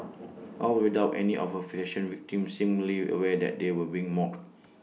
all without any of her fashion victims seemingly aware that they were being mocked